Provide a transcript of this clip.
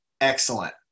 excellent